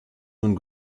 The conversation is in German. nun